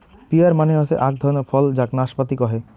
peer মানে হসে আক ধরণের ফল যাক নাসপাতি কহে